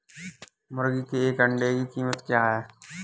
मुर्गी के एक अंडे की कीमत क्या है?